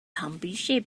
pambiche